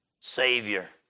Savior